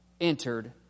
entered